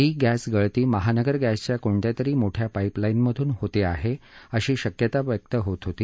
ही gas गळती महानगर गॅसच्या कोणत्या तरी मोठ्या पाईप लाईनमधून होत आहे अशी शक्यता व्यक्त होत होती